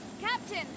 Captain